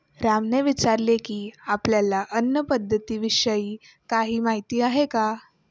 रामने विचारले की, आपल्याला अन्न पद्धतीविषयी काही माहित आहे का?